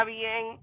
bien